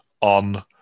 on